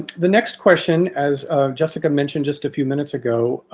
the next question, as jessica mentioned just a few minutes ago,